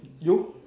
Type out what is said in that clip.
you